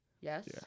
Yes